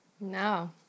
No